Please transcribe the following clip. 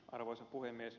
arvoisa puhemies